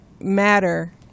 Matter